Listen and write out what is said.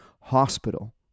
Hospital